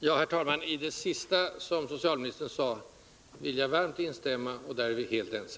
Herr talman! I det sista som socialministern sade vill jag varmt instämma. Där är vi helt ense.